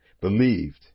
believed